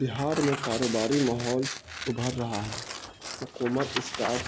بہار میں کاروباری ماحول ابھر رہا ہے حکومت اسٹارٹ